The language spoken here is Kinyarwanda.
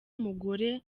umugore